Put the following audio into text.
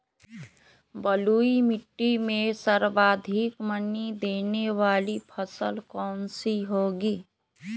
बलुई मिट्टी में सर्वाधिक मनी देने वाली फसल कौन सी होंगी?